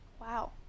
Wow